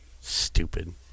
Stupid